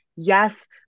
Yes